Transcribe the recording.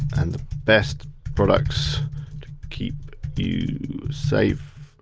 and best products to keep you safe.